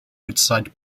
woodside